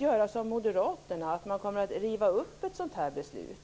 göra som Moderaterna, dvs. riva upp ett sådant här beslut?